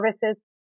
services